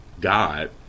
God